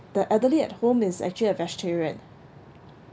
the elderly at home is actually a vegetarian